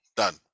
Done